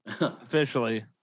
Officially